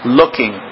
looking